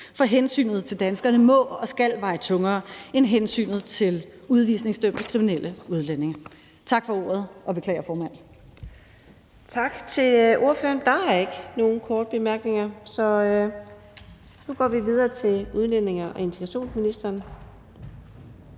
for hensynet til danskerne må og skal veje tungere end hensynet til udvisningsdømte kriminelle udlændinge. Tak for ordet. Kl.